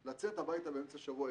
או לצאת הביתה באמצע השבוע.